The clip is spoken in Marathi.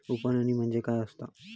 उफणणी म्हणजे काय असतां?